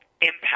impact